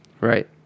Right